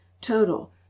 total